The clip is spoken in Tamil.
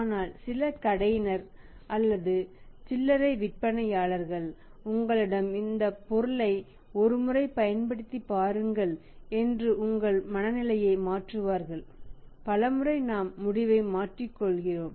ஆனால் சில கடையினர் அல்லது சில்லறை விற்பனையாளர்கள் உங்களிடம் இந்த பொருளை ஒரு முறை பயன்படுத்திப்பாருங்கள் என்று உங்கள் மனநிலையை மாற்றுவார்கள் பலமுறை நாம் முடிவை மாற்றுகிறோம்